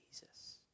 Jesus